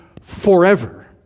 forever